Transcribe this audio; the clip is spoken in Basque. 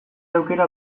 aukera